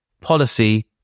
policy